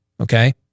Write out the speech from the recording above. okay